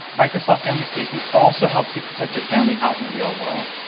microsoft family safety also helps you protect your family out in the real world.